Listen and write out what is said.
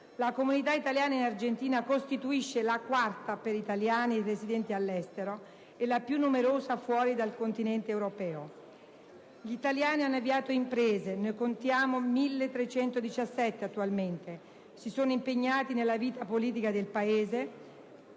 la comunità italiana in Argentina costituisce la quarta per italiani residenti all'estero e la più numerosa fuori dal continente europeo. Gli italiani hanno avviato imprese, ne contiamo 1.317 attualmente, si sono impegnati nella vita politica del Paese